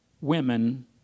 women